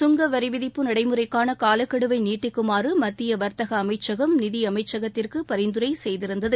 கங்கவரி விதிப்பு நடைமுறைக்கான காலக்கெடுவை நீட்டிக்குமாறு மத்திய வர்த்தக அமைச்சகம் நிதியமைச்சகத்திற்கு பரிந்துரை செய்திருந்தது